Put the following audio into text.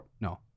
No